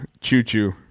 choo-choo